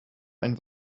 ein